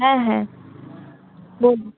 হ্যাঁ হ্যাঁ বলুন